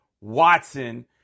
Watson